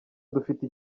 dufite